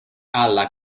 alla